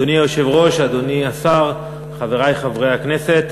אדוני היושב-ראש, אדוני השר, חברי חברי הכנסת,